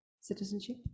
citizenship